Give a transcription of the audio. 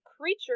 creature